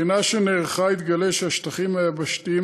בבחינה שנערכה התגלה שהשטחים היבשתיים